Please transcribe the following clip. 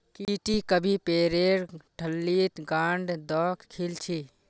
की टी कभी पेरेर ठल्लीत गांठ द खिल छि